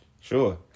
Sure